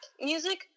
music